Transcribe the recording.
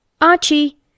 Archie